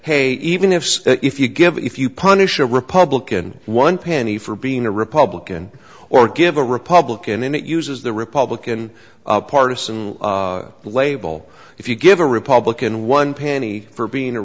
hey even if so if you give if you punish a republican one penny for being a republican or give a republican and it uses the republican partisan label if you give a republican one penny for being a